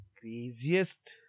Craziest